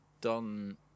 done